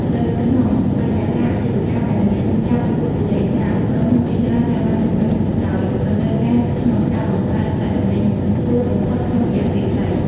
នៅក្នុងបរិយាកាសអាជីវកម្មដែលមានការប្រកួតប្រជែងខ្លាំង ក្រុមហ៊ុនជាច្រើនត្រូវបានជំរុញដោយតម្រូវការក្នុងការបង្កើត ប្រាក់ចំណេញខ្ពស់បំផុតក្នុងរយៈពេលខ្លី។